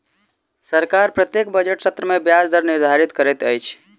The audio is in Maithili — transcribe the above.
सरकार प्रत्येक बजट सत्र में ब्याज दर निर्धारित करैत अछि